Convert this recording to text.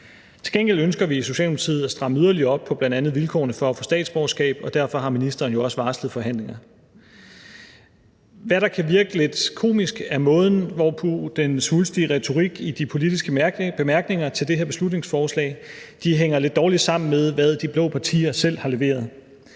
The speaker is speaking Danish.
Til gengæld ønsker vi i Socialdemokratiet at stramme yderligere op på bl.a. vilkårene for at få statsborgerskab, og derfor har ministeren jo også varslet forhandlinger. Hvad der kan virke lidt komisk er, at den svulstige retorik i de politiske bemærkninger til det her beslutningsforslag hænger lidt dårligt sammen med det, som de blå partier selv har leveret